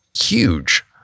huge